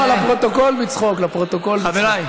סמוטריץ,